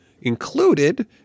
included